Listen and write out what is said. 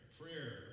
prayer